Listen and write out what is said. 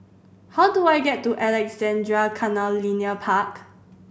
how do I get to Alexandra Canal Linear Park